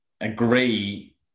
agree